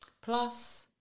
plus